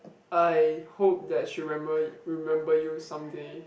I hope that she remember remember you some day